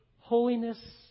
holiness